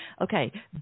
Okay